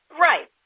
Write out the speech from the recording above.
Right